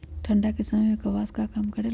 ठंडा के समय मे कपास का काम करेला?